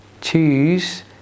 choose